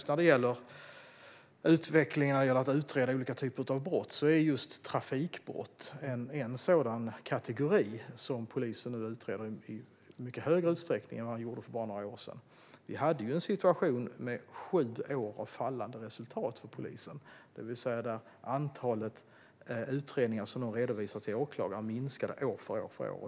När det gäller utvecklingen av att utreda olika typer av brott är just trafikbrott en sådan kategori som polisen utreder i mycket större utsträckning än man gjorde för bara några år sedan. Vi hade en situation med sju år av fallande resultat för polisen, det vill säga att antalet utredningar som man redovisade för åklagare minskade år för år.